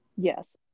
Yes